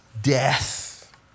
death